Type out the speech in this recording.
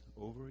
over